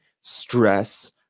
stress